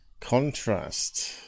contrast